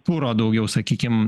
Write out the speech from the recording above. kuro daugiau sakykim